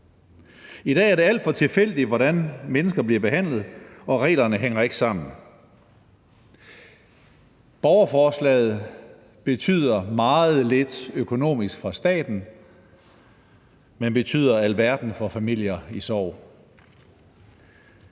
I dag er det alt for tilfældigt, hvordan mennesker bliver behandlet, og reglerne hænger ikke sammen. Borgerforslaget betyder meget lidt økonomisk for staten, men betyder alverden for familier i sorg.